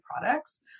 products